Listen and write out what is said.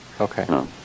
Okay